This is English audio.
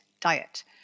diet